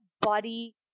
body